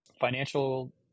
financial